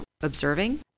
observing